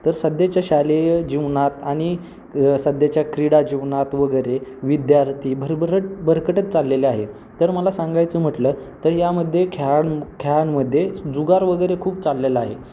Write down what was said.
तर सध्याच्या शालेय जीवनात आणि सध्याच्या क्रीडाजीवनात वगैरे विद्यार्थी भरभरट भरकटच चाललेले आहेत तर मला सांगायचं म्हटलं तर यामध्ये खेळाडू खेळांमध्ये जुगार वगैरे खूप चाललेला आहे